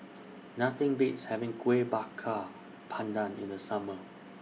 Nothing Beats having Kueh Bakar Pandan in The Summer